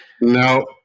No